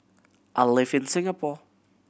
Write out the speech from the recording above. I live in Singapore